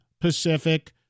Pacific